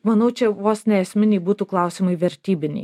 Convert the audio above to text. manau čia vos ne esminiai būtų klausimai vertybiniai